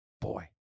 boy